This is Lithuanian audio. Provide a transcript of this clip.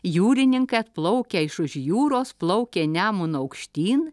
jūrininkai atplaukę iš už jūros plaukę nemunu aukštyn